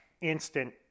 instant